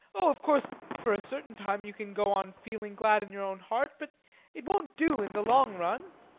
oh, of course, for a certain time you can go on feeling glad in your own heart. but it won't do in the long run.